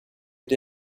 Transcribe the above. had